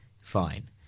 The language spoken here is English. fine